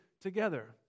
together